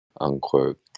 unquote